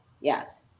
yes